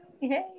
Hey